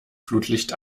flutlicht